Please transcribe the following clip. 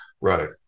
right